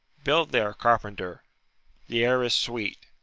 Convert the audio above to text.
build there, carpenter the air is sweet.